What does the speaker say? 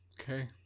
okay